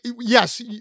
yes